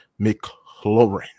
McLaurin